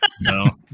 No